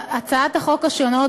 הצעות החוק השונות,